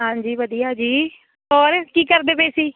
ਹਾਂਜੀ ਵਧੀਆ ਜੀ ਹੋਰ ਕੀ ਕਰਦੇ ਪਏ ਸੀ